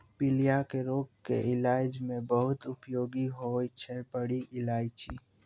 पीलिया के रोग के इलाज मॅ बहुत उपयोगी होय छै बड़ी इलायची